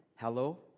Hello